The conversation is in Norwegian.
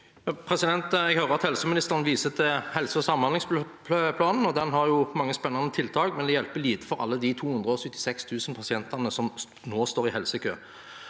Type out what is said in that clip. Jeg hører at helse- ministeren viser til helse- og samhandlingsplanen. Den har jo mange spennende tiltak, men det hjelper lite for alle de 276 000 pasientene som nå står i helsekø.